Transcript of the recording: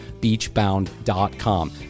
beachbound.com